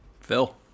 Phil